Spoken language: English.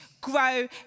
grow